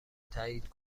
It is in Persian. تایید